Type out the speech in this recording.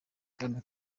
bwana